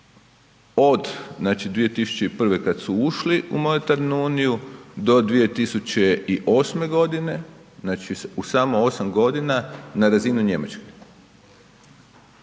2001. kada su ušli u monetarnu uniju do 2008. godine znači u samo 8 godina na razinu Njemačke.